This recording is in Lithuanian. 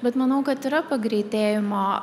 bet manau kad yra pagreitėjimo